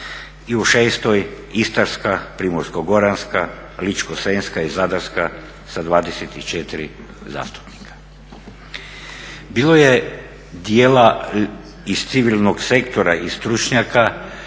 i u 6. Istarska, Primorsko-goranska, Ličko-senjska i Zadarska sa 24 zastupnika. Bilo je dijela iz civilnog sektora i stručnjaka